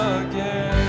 again